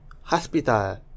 Hospital